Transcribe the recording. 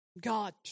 God